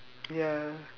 ya